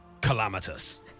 Calamitous